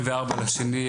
צוהריים טובים,